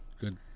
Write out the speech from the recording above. Good